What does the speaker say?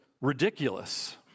ridiculous